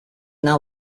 now